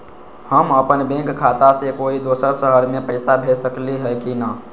हम अपन बैंक खाता से कोई दोसर शहर में पैसा भेज सकली ह की न?